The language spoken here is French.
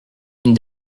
une